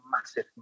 massive